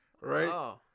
right